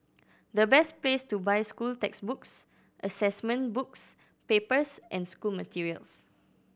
the best place to buy school textbooks assessment books papers and school materials